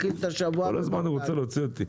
כל הזמן הוא רוצה להוציא אותי.